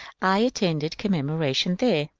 i attended commemoration there.